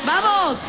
Vamos